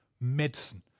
medicine